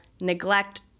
neglect